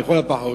לכל הפחות,